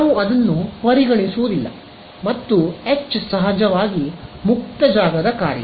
ನಾವು ಅದನ್ನು ಪರಿಗಣಿಸುವುದಿಲ್ಲ ಮತ್ತು H ಸಹಜವಾಗಿ ಬಾಹ್ಯಾಕಾಶದ ಕಾರ್ಯ